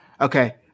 Okay